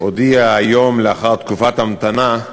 הודיע היום, לאחר תקופת המתנה,